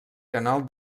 canal